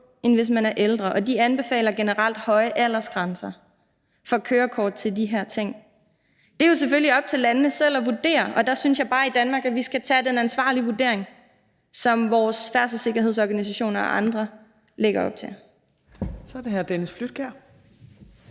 end hvis man er ældre, og de anbefaler generelt høje aldersgrænser for kørekort til de her ting. Det er jo selvfølgelig op til landene selv at vurdere, og der synes jeg bare, at vi i Danmark skal tage den ansvarlige vurdering, som vores færdselssikkerhedsorganisationer og andre lægger op til. Kl. 14:46 Fjerde næstformand